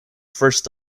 first